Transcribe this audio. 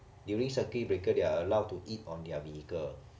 during circuit breaker they're allowed to eat on their vehicle